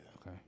Okay